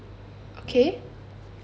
okay